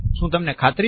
શું તમને ખાતરી છે